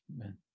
Amen